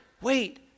Wait